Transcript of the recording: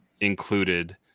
included